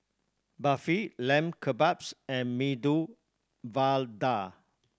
Barfi Lamb Kebabs and Medu Vada